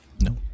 No